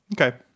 Okay